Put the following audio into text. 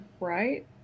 right